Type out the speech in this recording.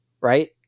Right